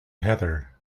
heather